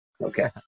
okay